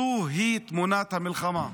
זאת תמונת המלחמה,